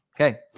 Okay